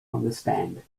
understand